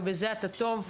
ובזה אתה טוב,